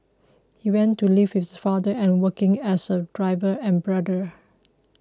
he went to live with his father and working as a driver and brother